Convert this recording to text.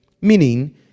meaning